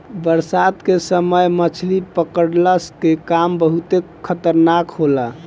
बरसात के समय मछली पकड़ला के काम बहुते खतरनाक होला